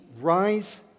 rise